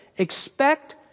Expect